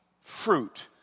fruit